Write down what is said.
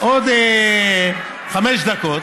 עוד חמש דקות